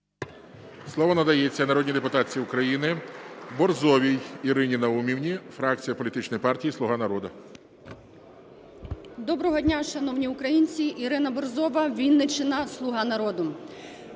Слово надається народній депутатці України Борзовій Ірині Наумівні, фракція політичної партії "Слуга народу". 10:28:18 БОРЗОВА І.Н. Доброго дня, шановні українці! Ірина Борзова, Вінниччина, "Слуга народу".